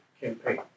campaign